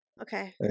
Okay